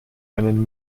ein